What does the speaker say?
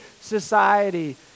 society